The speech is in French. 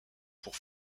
pour